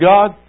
God